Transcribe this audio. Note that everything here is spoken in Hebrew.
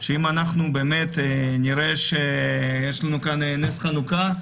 שאם אנחנו באמת נראה שיש לנו כאן נס חנוכה,